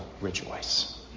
rejoice